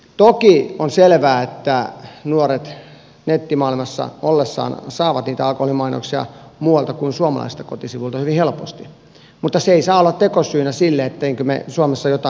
toki on selvää että nuoret nettimaailmassa ollessaan saavat niitä alkoholimainoksia muualta kuin suomalaisilta kotisivuilta hyvin helposti mutta se ei saa olla tekosyynä sille ettemmekö me suomessa jotain asialle voisi tehdä